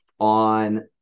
on